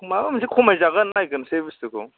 माबा मोनसे खमायजागोन नायग्रोनोसै बुस्तुखौ